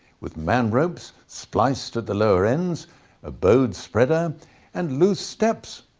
with man ropes spliced at the lower ends a bow spreader and loose steps.